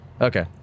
okay